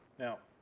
now,